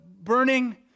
burning